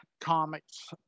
comics